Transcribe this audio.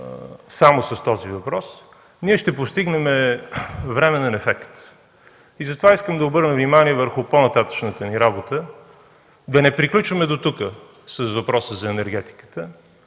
само с този въпрос, ще постигнем временен ефект. Затова искам да обърна внимание върху по-нататъшната ни работа – да не приключваме дотук с въпроса за енергетиката,